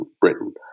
Britain